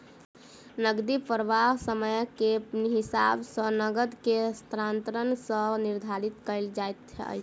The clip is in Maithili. नकदी प्रवाह समय के हिसाब सॅ नकद के स्थानांतरण सॅ निर्धारित कयल जाइत अछि